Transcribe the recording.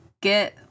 get